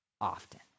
often